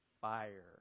fire